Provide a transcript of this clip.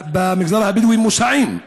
במגזר הבדואי, מוסעים.